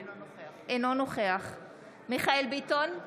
אינו נוכח מיכאל מרדכי ביטון,